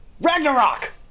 Ragnarok